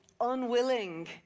unwilling